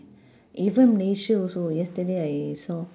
even malaysia also yesterday I saw